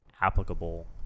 applicable